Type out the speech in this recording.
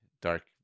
dark